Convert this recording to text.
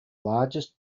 largest